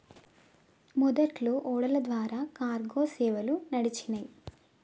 మొదట్లో ఓడల ద్వారా కార్గో సేవలు నడిచినాయ్